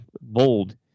Bold